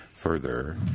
further